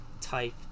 type